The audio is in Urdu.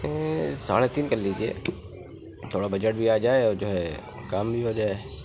ساڑھے تین کر لیجیے تھوڑا بجٹ بھی آ جائے اور جو ہے کام بھی ہو جائے